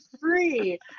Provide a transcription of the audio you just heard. free